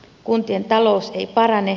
kuntien talous ei parane